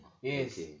Yes